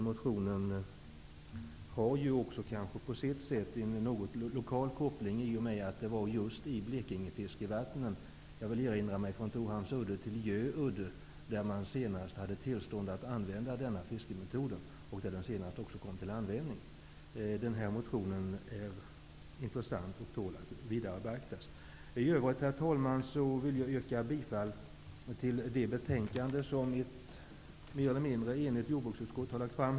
Motionen har kanske på sitt sätt en något lokal koppling i och med att det var just i Blekingefiskevattnen -- jag vill minnas att det var från Torhamns udde till Gö udde -- man senast hade tillstånd att använda denna fiskemetod och där den senast också kom till användning. Denna motion är intressant och tål att vidare beaktas. I övrigt, herr talman, vill jag yrka bifall till den hemställan i det betänkande som ett mer eller mindre enigt jordbruksutskott har lagt fram.